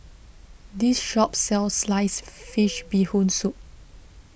this shop sells Sliced Fish Bee Hoon Soup